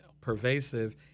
pervasive